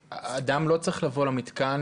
אדם לא צריך לבוא למתקן,